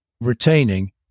retaining